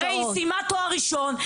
הרי היא סיימה תואר ראשון,